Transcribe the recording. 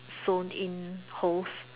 sewn in holes